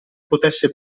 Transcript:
potesse